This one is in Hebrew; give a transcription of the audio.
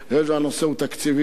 היות שהנושא הוא תקציבי,